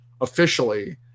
officially